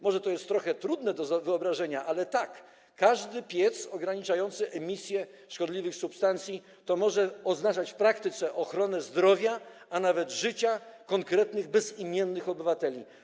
Może to jest trochę trudne do wyobrażenia, ale tak, każdy piec ograniczający emisję szkodliwych substancji może oznaczać w praktyce ochronę zdrowia, a nawet życia konkretnych bezimiennych obywateli.